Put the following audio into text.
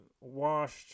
washed